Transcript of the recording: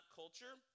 culture